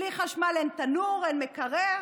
בלי חשמל, אין תנור, אין מקרר,